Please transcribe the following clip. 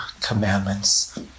commandments